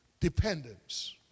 Dependence